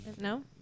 no